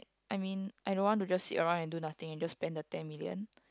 I mean I don't want to just sit around and do nothing and just spend the ten million